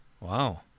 Wow